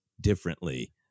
differently